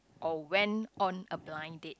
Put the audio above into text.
or went on a blind date